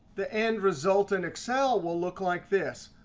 the end result in excel will look like this.